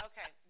Okay